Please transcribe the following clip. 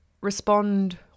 respond